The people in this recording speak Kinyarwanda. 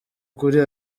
kuri